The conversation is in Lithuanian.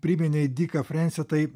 priminei diką frensį tai